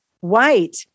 white